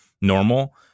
normal